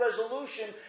resolution